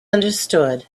understood